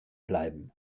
bleiben